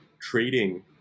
trading